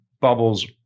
bubbles